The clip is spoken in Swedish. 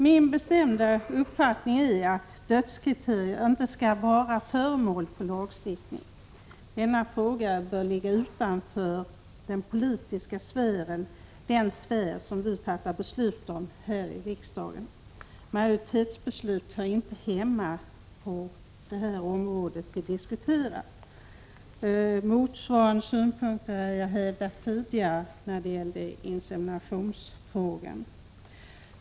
Min bestämda uppfattning är att dödskriterierna inte skall vara föremål för lagstiftning. Denna fråga bör ligga utanför den politiska sfären, den sfär där vi fattar beslut här i riksdagen. Majoritetsbeslut hör inte hemma på de områden vi nu diskuterar. Motsvarande synpunkter har jag hävdat tidigare i inseminationsfrågan.